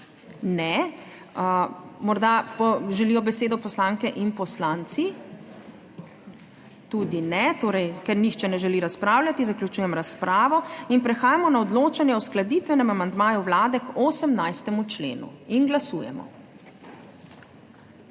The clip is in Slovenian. Ne. Morda želijo besedo poslanke in poslanci? Tudi ne. Ker nihče ne želi razpravljati, zaključujem razpravo. Prehajamo na odločanje o uskladitvenem amandmaju Vlade k 18. členu. Glasujemo.